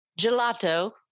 gelato